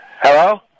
Hello